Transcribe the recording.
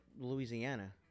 Louisiana